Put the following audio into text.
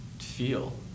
feel